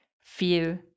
feel